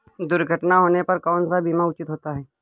दुर्घटना होने पर कौन सा बीमा उचित होता है?